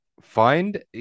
find